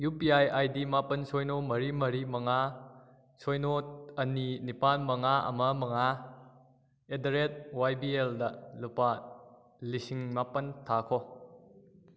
U P I I D ꯃꯥꯄꯜ ꯁꯤꯅꯣ ꯃꯔꯤ ꯃꯔꯤ ꯃꯉꯥ ꯁꯤꯅꯣ ꯑꯅꯤ ꯅꯤꯄꯥꯜ ꯃꯉꯥ ꯑꯃ ꯃꯉꯥ ꯑꯦꯗ ꯗ ꯔꯦꯗ ꯋꯥꯏ ꯕꯤ ꯑꯦꯜꯗ ꯂꯨꯄꯥ ꯂꯤꯁꯤꯡ ꯃꯥꯄꯜ ꯊꯥꯈꯣ